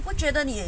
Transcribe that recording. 你不觉得你